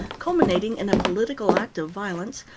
culminating in a political act of violence,